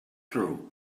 through